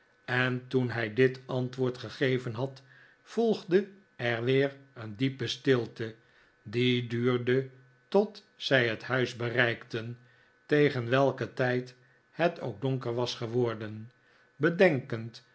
en toen hij dit antwoord gegeven had volgde er weer een diepe stilte die duurde tot zij het huis bereikten tegen welken tijd het ook donker was geworden bedenkend